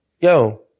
Yo